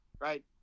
Right